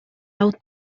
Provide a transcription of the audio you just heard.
out